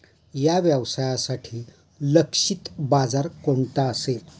या व्यवसायासाठी लक्षित बाजार कोणता असेल?